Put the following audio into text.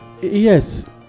yes